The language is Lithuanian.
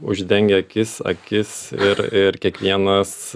uždengia akis akis ir ir kiekvienas